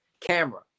camera